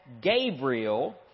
Gabriel